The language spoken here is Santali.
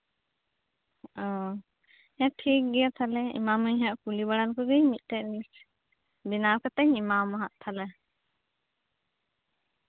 ᱦᱮᱸ ᱴᱷᱤᱠ ᱜᱮᱭᱟ ᱛᱟᱦᱚᱞᱮ ᱮᱢᱟ ᱢᱟᱹᱧ ᱠᱩᱞᱤ ᱵᱟᱲᱟ ᱞᱮᱠᱚ ᱜᱤᱧ ᱢᱤᱫᱴᱮᱡ ᱵᱮᱱᱟᱣ ᱠᱟᱛᱮᱧ ᱮᱢᱟᱢᱟ ᱛᱟᱦᱞᱮ